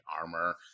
armor